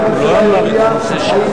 אני מבקש שמישהו משרי הממשלה יודיע לך.